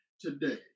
today